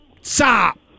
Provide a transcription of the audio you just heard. stop